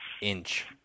inch